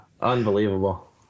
Unbelievable